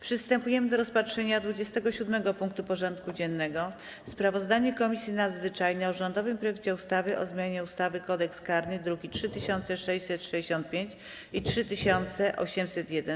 Przystępujemy do rozpatrzenia punktu 27. porządku dziennego: Sprawozdanie Komisji Nadzwyczajnej o rządowym projekcie ustawy o zmianie ustawy Kodeks karny (druki nr 3665 i 3801)